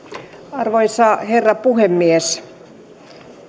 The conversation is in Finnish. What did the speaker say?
arvoisa herra puhemies